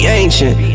ancient